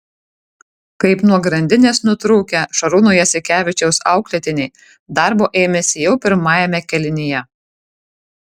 kaip nuo grandinės nutrūkę šarūno jasikevičiaus auklėtiniai darbo ėmėsi jau pirmajame kėlinyje